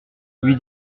lui